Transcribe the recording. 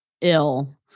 ill